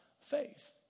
faith